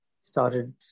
started